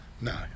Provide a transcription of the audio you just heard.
No